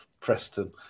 Preston